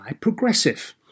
Progressive